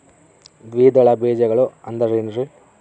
ದ್ವಿದಳ ಬೇಜಗಳು ಅಂದರೇನ್ರಿ?